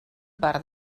part